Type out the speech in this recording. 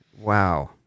Wow